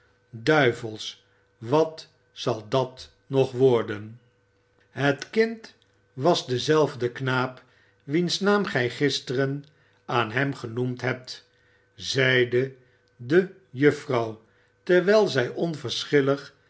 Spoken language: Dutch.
duivels wat zal dat nog worden het kind was dezelfde knaap wiens naam gij gisteren aan hem genoemd hebt zeide de juffrouw terwijl zij